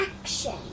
Action